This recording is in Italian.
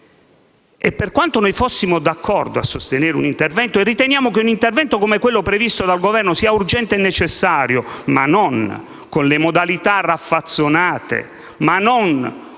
Per quanto noi fossimo d'accordo a sostenere un intervento, riteniamo che un intervento come quello previsto dal Governo sia sì urgente e necessario, ma non con le modalità raffazzonate,